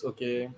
Okay